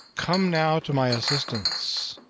come now to my assistance,